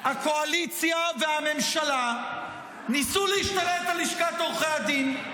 הקואליציה והממשלה ניסו להשתלט על לשכת עורכי הדין.